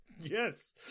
Yes